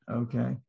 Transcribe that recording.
okay